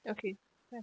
okay fine